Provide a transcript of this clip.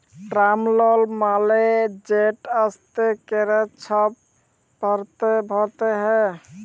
term loan মালে যেট আস্তে ক্যরে ছব ভরতে হ্যয়